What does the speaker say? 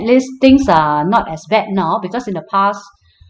least things are not as bad now because in the past